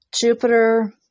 Jupiter